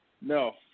No